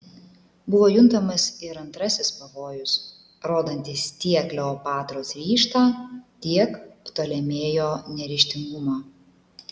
buvo juntamas ir antrasis pavojus rodantis tiek kleopatros ryžtą tiek ptolemėjo neryžtingumą